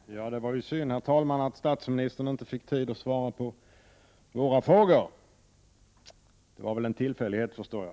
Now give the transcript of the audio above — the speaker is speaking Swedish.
Herr talman! Det var ju synd att statsministern inte fick tid att svara på våra frågor. Det var väl en tillfällighet, förstår jag.